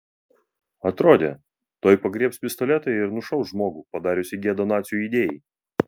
atrodė tuoj pagriebs pistoletą ir nušaus žmogų padariusį gėdą nacių idėjai